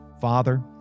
Father